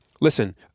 Listen